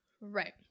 right